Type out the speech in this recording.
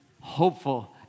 hopeful